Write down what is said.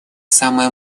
самая